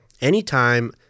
anytime